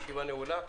הישיבה נעולה.